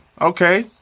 Okay